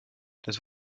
des